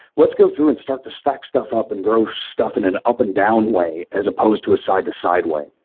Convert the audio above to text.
let's go through and start to stack stuff up and grow stuff in an up and down way as opposed to a side to side way.